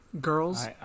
girls